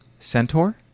Centaur